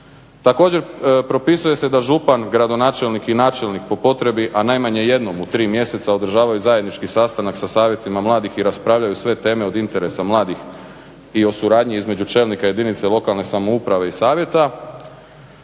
Također propisuje se da župan, gradonačelnik i načelnik po potrebi a najmanje jednom u tri mjeseca održavaju zajednički sastanak sa savjetima mladih i raspravljaju sve teme od interesa mladih i o suradnji između čelnika jedinice lokalne samouprave i savjeta.